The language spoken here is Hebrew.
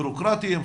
בירוקרטיים,